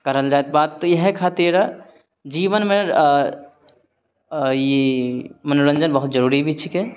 करल जाइ बात तऽ इएह खातिर जीवनमे मनोरञ्जन बहुत जरूरी भी छीकै